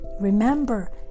Remember